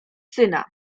syna